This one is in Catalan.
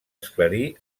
esclarir